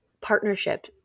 partnership